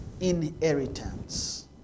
inheritance